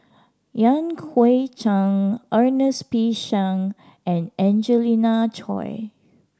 Yan Hui Chang Ernest P Shank and Angelina Choy